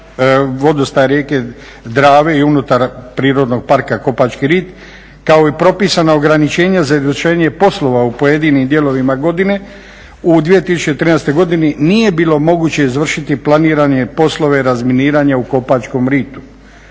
vodostaj rijeke Drave i unutar Prirodnog parka Kopački rit kao propisano ograničenje za izvršenje poslova u pojedinim dijelovima godina u 2013.godini nije bilo moguće izvršiti planirane poslove razminiranja u Kopačkom ritu.